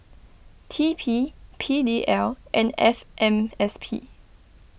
T P P D L and F M S P